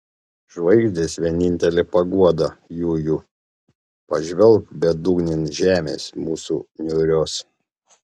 žvaigždės vienintele paguoda jųjų pažvelk bedugnėn žemės mūsų niūrios